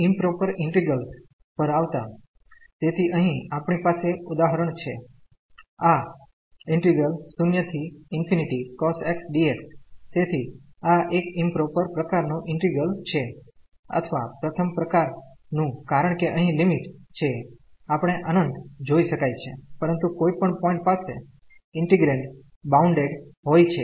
improper integrals પર આવતા તેથી અહિં આપણી પાસે ઉદાહરણ છે આ 0cos x dx તેથી આ એક ઈમપ્રોપર પ્રકાર નું ઈન્ટિગ્રલ છે અથવા પ્રથમ પ્રકાર નું કારણ કે અહિં લિમિટ છે આપણે અનંત જોઈ શકાય છે પરંતુ કોઈ પણ પોઈન્ટ પાસે ઈન્ટિગ્રેન્ડ બાઉન્ડેડ હોઈ છે